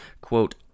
quote